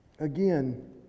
Again